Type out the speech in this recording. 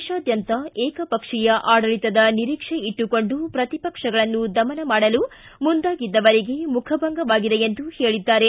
ದೇಶಾದ್ಯಂತ ಏಕಪಕ್ಷೀಯ ಆಡಳಿತದ ನಿರೀಕ್ಷೆ ಇಟ್ಟುಕೊಂಡು ವಿರೋಧ ಪಕ್ಷಗಳನ್ನು ದಮನ ಮಾಡಲು ಮುಂದಾಗಿದ್ದವರಿಗೆ ಮುಖಭಂಗವಾಗಿದೆ ಎಂದು ಹೇಳಿದ್ದಾರೆ